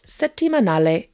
settimanale